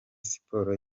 siporo